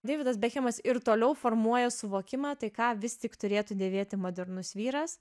deividas bekhemas ir toliau formuoja suvokimą tai ką vis tik turėtų dėvėti modernus vyras